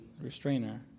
Restrainer